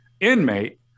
inmate